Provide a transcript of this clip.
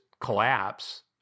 collapse